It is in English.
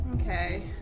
Okay